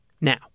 Now